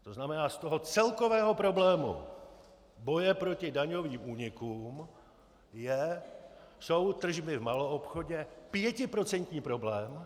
To znamená z toho celkového problému boje proti daňovým únikům jsou tržby v maloobchodě pětiprocentní problém.